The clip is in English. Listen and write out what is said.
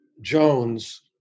Jones